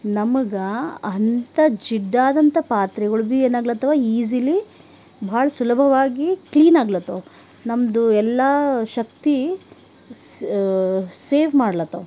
ನಮಗೆ ಅಂಥ ಜಿಡ್ಡಾದಂಥ ಪಾತ್ರೆಗಳು ಭೀ ಏನಾಗ್ಲಕತ್ತವು ಈಝಿಲಿ ಭಾಳ ಸುಲಭವಾಗಿ ಕ್ಲೀನ್ ಆಗ್ಲತ್ತವು ನಮ್ಮದು ಎಲ್ಲ ಶಕ್ತಿ ಸ್ ಸೇವ್ ಮಾಡ್ಲತ್ತವು